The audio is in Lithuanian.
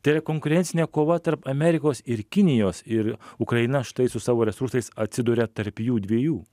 tai yra konkurencinė kova tarp amerikos ir kinijos ir ukraina štai su savo resursais atsiduria tarp jų dviejų